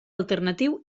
alternatiu